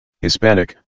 Hispanic